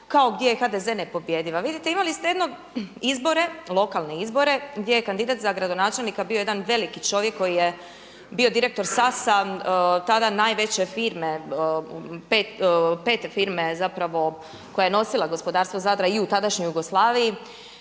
kao gdje je HDZ nepobjediv. A vidite imali ste lokalne izbore gdje je kandidat za gradonačelnika bio jedan veliki čovjek koji je bio direktor SAS-a tada najveće firme pete firme koja je nosila gospodarstvo Zadra i u tadašnjoj Jugoslaviji